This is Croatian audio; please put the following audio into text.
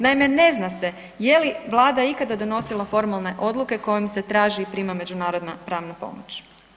Naime, ne zna se je li Vlada ikada donosila formalne odluke kojim se traži i prima međunarodna pravna pomoć.